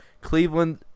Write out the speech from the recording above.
Cleveland